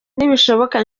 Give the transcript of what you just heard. nibishoboka